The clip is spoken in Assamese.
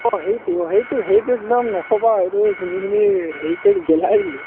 অঁ সেইটো সেইটো সেইটো একদম নক'বা সেইটো শুনি শুনি হেৰি কৰি গেলাই দিলোঁ